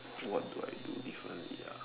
what do I do if I meet a